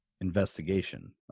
investigation